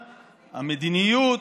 המדיניות,